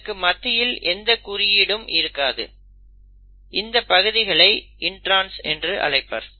இதற்கு மத்தியில் எந்த குறியீடும் இருக்காது இந்த பகுதிகளை இன்ட்ரான்ஸ் என்று அழைப்பர்